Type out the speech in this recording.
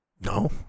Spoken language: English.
No